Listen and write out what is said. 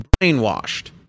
brainwashed